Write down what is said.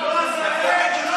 תתבייש.